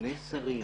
שני שרים,